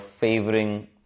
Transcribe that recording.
favoring